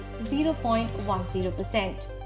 0.10%